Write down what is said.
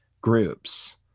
groups